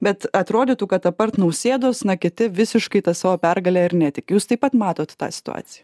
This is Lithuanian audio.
bet atrodytų kad apart nausėdos na kiti visiškai ta savo pergale ir netiki jūs taip pat matot tą situaciją